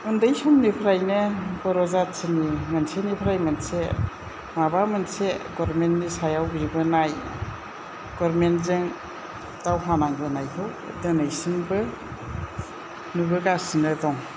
उन्दै समनिफ्रायनो बर' जाथिनि मोनसेनिफ्राय मोनसे माबा मोनसे गरमेन्टनि सायाव बिबोनाय गरमेन्टजों दावहा नांबोनायखौ दोनैसिमबो नुबोगासिनो दं